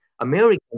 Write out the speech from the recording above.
American